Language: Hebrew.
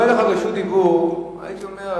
הייתי אומר,